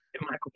michael